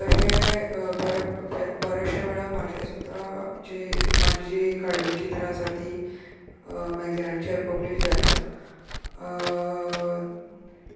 तशें बऱ्या ब बऱ्याश्या वेळार म्हाजे सुद्दा जीं म्हाजीं जीं काडिल्लीं चित्रां आसा तीं मॅगजिनांचेर पब्लिश जाल्यां